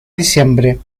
diciembre